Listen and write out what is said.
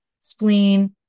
spleen